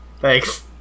Thanks